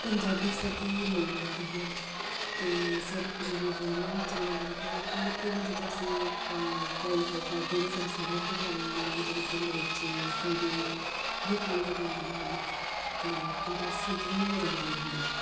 ਪੰਜਾਬੀ ਸਾਡੀ ਮਾਂ ਬੋਲੀ ਹੈ ਅਤੇ ਸਾਨੂੰ ਪੰਜਾਬੀ ਬੋਲਣਾ ਵੀ ਚੰਗਾ ਲੱਗਦਾ ਹੈ ਅਤੇ ਲੇਕਿਨ ਜਦੋਂ ਅਸੀਂ ਪੜ੍ਹਾਈ ਲਿਖਾਈ ਕਰਦੇ ਹਾਂ ਅਤੇ ਸਾਨੂੰ ਸਾਰੀਆਂ ਭਾਸ਼ਾਵਾਂ ਜਿਵੇਂ ਕਿ ਅੰਗਰੇਜ਼ੀ ਹਿੰਦੀ ਵੀ ਪੜ੍ਹਣੀਆਂ ਪੈਂਦੀਆਂ ਹਨ ਅਤੇ ਕੰਪਲਸਰੀ ਜ਼ਰੂਰੀ ਹੋ ਜਾਂਦੀਆਂ ਹਨ